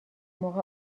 موقع